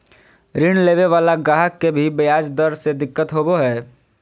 ऋण लेवे वाला गाहक के भी ब्याज दर से दिक्कत होवो हय